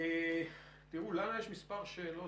לנו יש מספר שאלות